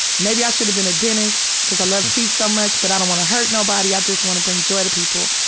maybe i should've been a dentist because i love teeth so much but i don't wanna hurt nobody, i just wanna bring joy to people.